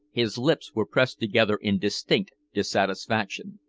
his lips were pressed together in distinct dissatisfaction.